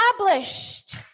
established